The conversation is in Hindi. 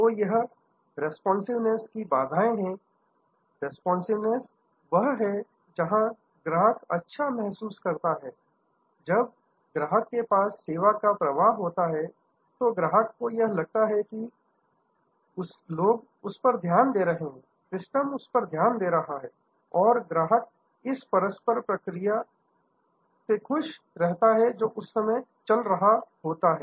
तो यह रिस्पांसिंवनेस की बाधाएं हैं रिस्पांसिंवनेस वह है जहां ग्राहक अच्छा महसूस करता है जब ग्राहक के पास सेवा प्रवाह होता है तो ग्राहक को लगता है कि लोग उस पर ध्यान दे रहे हैं सिस्टम उस पर ध्यान दे रहा है और ग्राहक इस परस्पर क्रिया इंटरेक्शन से खुश रहता है जो उस समय चल रहा होता है